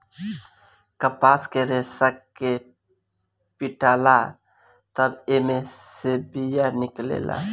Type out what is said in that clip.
कपास के रेसा के पीटाला तब एमे से बिया निकलेला